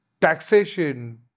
taxation